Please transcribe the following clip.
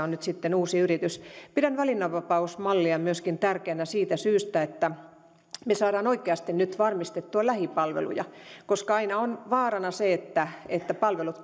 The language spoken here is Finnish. on nyt sitten uusi yritys pidän valinnanvapausmallia tärkeänä myöskin siitä syystä että me saamme oikeasti nyt varmistettua lähipalveluja koska aina on vaarana se että että palvelut